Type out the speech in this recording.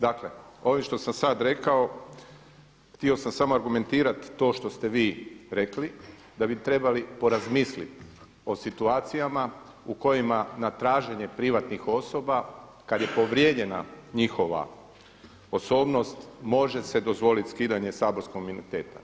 Dakle, ovime što sam sad rekao htio sam samo argumentirati to što ste vi rekli da bi trebali porazmisliti o situacijama u kojima na traženje privatnih osoba kad je povrijeđena njihova osobnost može se dozvoliti skidanje saborskog imuniteta.